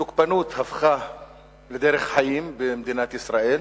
התוקפנות הפכה לדרך חיים במדינת ישראל,